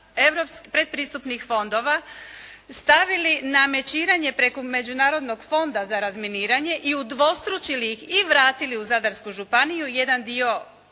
sredstva predpristupnih fondova stavili na mečiranje preko Međunarodnog fonda za razminiranje i udvostručili ih i vratili u Zadarsku županiju jedan dio,